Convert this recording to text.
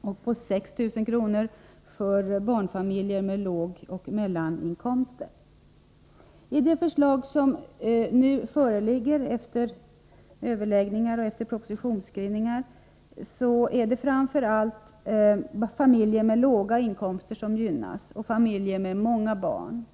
och på 6 000 kr. för barnfamiljer med lågoch mellaninkomster. I det förslag som nu föreligger efter överläggningar och propositionsskrivning är det framför allt familjer med låga inkomster och familjer med många barn som gynnas.